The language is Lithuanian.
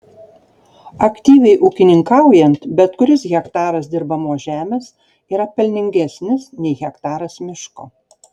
aktyviai ūkininkaujant bet kuris hektaras dirbamos žemės yra pelningesnis nei hektaras miško